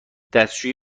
دستشویی